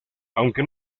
aunque